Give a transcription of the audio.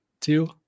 Two